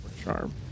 charm